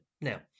Now